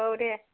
औ दे